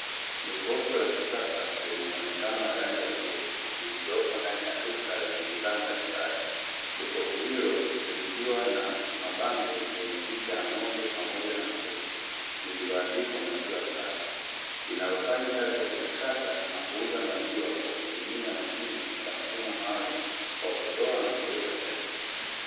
Jokofu la kisasa lenye muonekano wa rangi ya bluu lililopo ndani ya duka lenye bidhaa mbalimbali, jokofu hilo likiwa na mabango yenye picha ya ng'ombe pamoja na mtoto. Lililoandikwa maziwa safi linalofanya kazi ya kuchakata na kuuza maziwa kwa kutumia mashine ya mfumo maalumu wa kutoa na kuweka pesa.